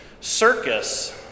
circus